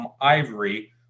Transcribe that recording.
Ivory